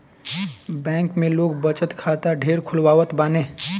bank में लोग बचत खाता ढेर खोलवावत बाने